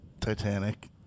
Titanic